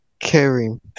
Kareem